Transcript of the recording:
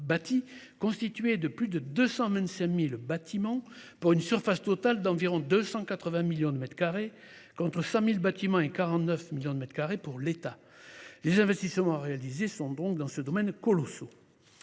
bâti de plus de 225 000 bâtiments pour une surface totale d’environ 280 millions de mètres carrés contre 100 000 bâtiments et 49 millions de mètres carrés pour l’État. Les investissements à réaliser sont donc colossaux